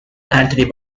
antony